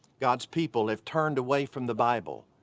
god's people have turned away from the bible.